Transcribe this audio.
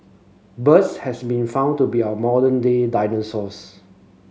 birds has been found to be our modern day dinosaurs